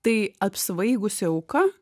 tai apsvaigusi auka